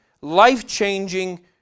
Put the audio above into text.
life-changing